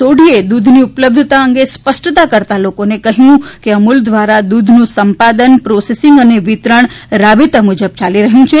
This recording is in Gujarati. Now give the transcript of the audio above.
સોઢીએ દૂધની ઉપલબ્ધતાના અંગે સ્પષ્ટતા કરતાં લોકોને કહ્યું છે કે અમુલ દ્વારા દૂધનું સંપાદન પ્રોસેસિંગ અને વિતરણ રાબેતા મુજબ ચાલી રહ્યું છે